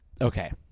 Okay